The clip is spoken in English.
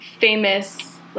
famous